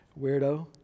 Weirdo